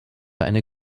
eine